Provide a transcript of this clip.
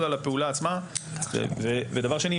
דבר שני,